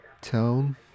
town